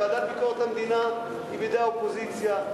הוועדה לביקורת המדינה היא בידי האופוזיציה,